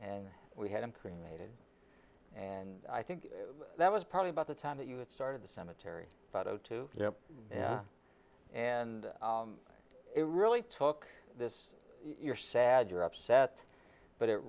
and we had him cremated and i think that was probably about the time that you would start of the cemetery about oh two yeah yeah and it really took this you're sad you're upset but it